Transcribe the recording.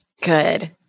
Good